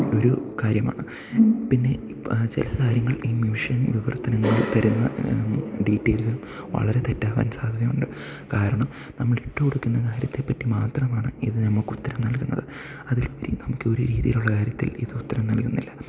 ഒരു കാര്യമാണ് പിന്നെ ചില കാര്യങ്ങൾ ഈ മെഷീൻ വിവർത്തനങ്ങൾ തരുന്ന ഡീറ്റെയ്ലുകൾ വളരെ തെറ്റാവാൻ സാധ്യതയുണ്ട് കാരണം നമ്മളിട്ടു കൊടുക്കുന്ന കാര്യത്തെപ്പറ്റി മാത്രമാണ് ഇത് നമക്കുത്തരം നൽകുന്നത് അതിലുപരി നമുക്കൊരു രീതിയിലുള്ള കാര്യത്തിൽ ഇതുത്തരം നൽകുന്നില്ല